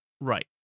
Right